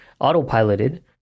autopiloted